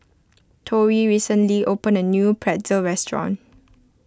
Tori recently opened a new Pretzel restaurant